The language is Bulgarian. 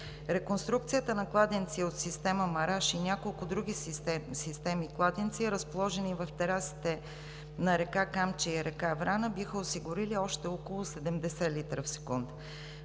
Реконструкцията на кладенци от система „Мараж“ и няколко други системи, кладенци, разположени в терасите на река Камчия и река Врана, биха осигурили още около 70 литра в секунда.